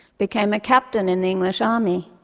became a captain in the english army.